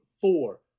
four